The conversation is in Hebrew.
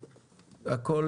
מכן,